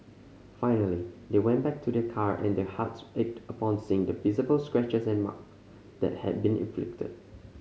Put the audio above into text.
finally they went back to their car and their hearts ached upon seeing the visible scratches and mark that had been inflicted